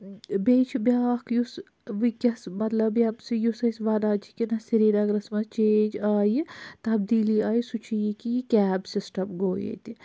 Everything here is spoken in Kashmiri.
بیٚیہِ چھُ بیٛاکھ یُس وُنکیٚس مَطلَب ییٚمہِ سٍتۍ یُس أسۍ وَنان چھِ کہِ نہَ سری نَگرَس منٛز چھِ چینج آیہِ تَبدیلی آیہِ سُہ چھُ یہِ کہِ یہِ کیب سِسٹَم گوٚو ییٚتہِ